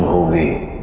away,